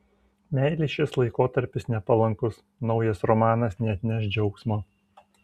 meilei šis laikotarpis nepalankus naujas romanas neatneš džiaugsmo